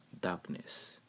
darkness